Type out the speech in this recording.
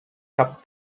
cap